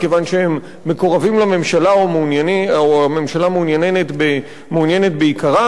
מכיוון שהם מקורבים לממשלה והממשלה מעוניינת ביקרם?